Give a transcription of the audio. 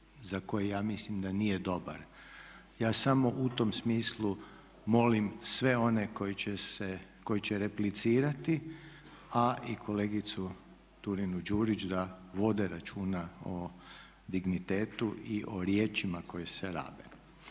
za koji ja mislim da nije dobar, ja samo u tom smislu molim sve one koji će replicirati a i kolegicu Turinu Đurić da vode računa o dignitetu i o riječima koje se rabe.